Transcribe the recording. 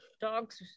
dogs